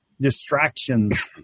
distractions